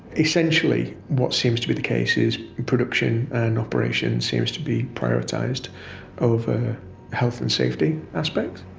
essentially what seems to be the case is production and operation seems to be prioritized over health and safety aspects.